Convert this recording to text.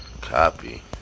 Copy